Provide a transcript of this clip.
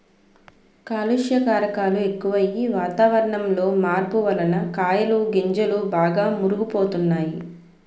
కాలుష్య కారకాలు ఎక్కువయ్యి, వాతావరణంలో మార్పు వలన కాయలు గింజలు బాగా మురుగు పోతున్నాయి